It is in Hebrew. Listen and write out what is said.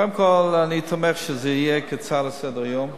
קודם כול, אני תומך שזה יהיה כהצעה לסדר-היום,